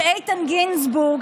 הממשלה בידי הכנסת הקודמת,